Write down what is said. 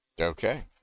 Okay